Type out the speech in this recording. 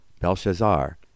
Belshazzar